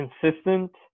consistent